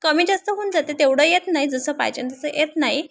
कमी जास्त होऊन जाते तेवढं येत नाही जसं पाहिजेन तसं येत नाही